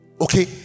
Okay